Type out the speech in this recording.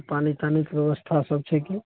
पानि तानीके बेबस्था सब छै की